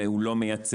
והוא לא מייצר,